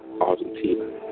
Argentina